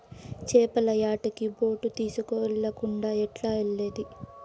చేపల యాటకి బోటు తీస్కెళ్ళకుండా ఎట్టాగెల్లేది